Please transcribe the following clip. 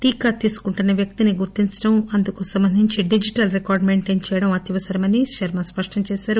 టీకా తీసుకుంటున్న వ్యక్తిని గుర్తించడం అందుకు సంబంధించి డిజిటల్ రికార్డ్ మెయింటైన్ చేయడం అత్యవసరమని శర్మ తెలియజేశారు